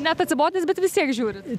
net atsibodęs bet vis tiek žiūrit